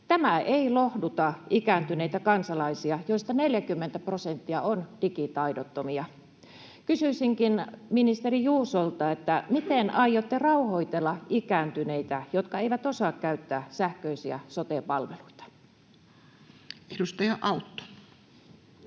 Tämä ei lohduta ikääntyneitä kansalaisia, joista 40 prosenttia on digitaidottomia. Kysyisinkin ministeri Juusolta: Miten aiotte rauhoitella ikääntyneitä, jotka eivät osaa käyttää sähköisiä sote-palveluita? [Speech 213]